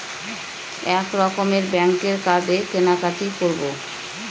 এক রকমের ব্যাঙ্কের কার্ডে কেনাকাটি করব